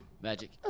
Magic